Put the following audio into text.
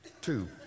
Two